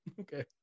Okay